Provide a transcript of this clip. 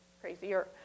crazier